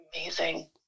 Amazing